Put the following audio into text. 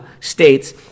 states